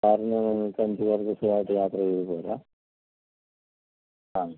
കാറന്ന് നിങ്ങൾക്ക് അഞ്ച് പേർക്ക് സുഖമായിട്ട് യാത്ര ചെയ്ത് വരാം ആ